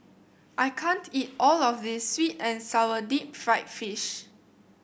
I can't eat all of this sweet and sour Deep Fried Fish